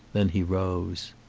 then he rose.